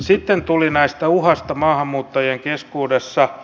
sitten tuli tästä uhasta maahanmuuttajien keskuudessa